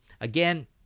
Again